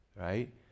right